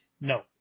No